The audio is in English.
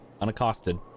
Unaccosted